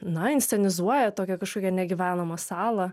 na inscenizuoja tokią kažkokią negyvenamą salą